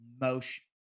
motion